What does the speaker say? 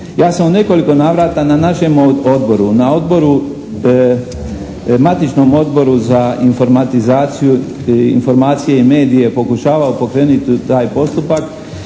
Ja sam u nekoliko navrata na našem odboru, na odboru, matičnom Odboru za informatizaciju, informacije i medije pokušavao pokrenuti taj postupak.